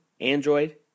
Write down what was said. Android